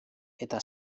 eta